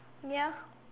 ya